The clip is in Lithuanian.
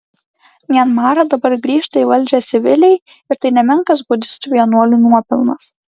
mianmare dabar grįžta į valdžią civiliai ir tai nemenkas budistų vienuolių nuopelnas